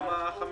למה החמישית?